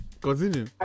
Continue